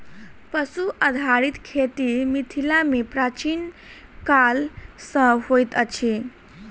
पशु आधारित खेती मिथिला मे प्राचीन काल सॅ होइत अछि